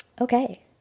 okay